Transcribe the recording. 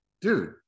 dude